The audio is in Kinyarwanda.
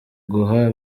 guha